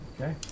Okay